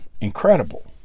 incredible